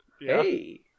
Hey